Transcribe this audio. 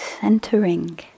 centering